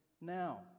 now